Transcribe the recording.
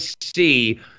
see